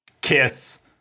kiss